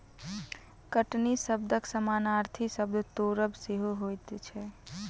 कटनी शब्दक समानार्थी शब्द तोड़ब सेहो होइत छै